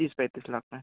तीस पैंतीस लाख में